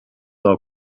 del